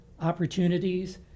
opportunities